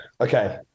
Okay